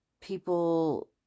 people